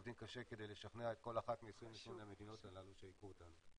עובדים קשה כדי לשכנע כל אחת מהמדינות הללו שייקחו אותנו.